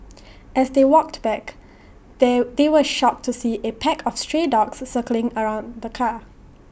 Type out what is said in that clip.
as they walked back they they were shocked to see A pack of stray dogs circling around the car